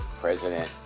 President